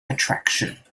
attraction